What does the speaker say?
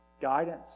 guidance